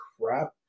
crap